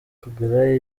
kugura